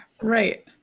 Right